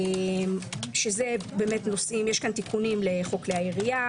שזה נושאים יש פה תיקונים לחוק לעירייה,